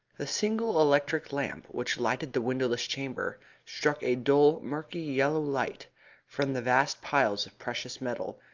the single electric lamp which lighted the windowless chamber struck a dull, murky, yellow light from the vast piles of precious metal,